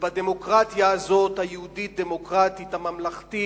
ובדמוקרטיה הזאת, היהודית-דמוקרטית הממלכתית,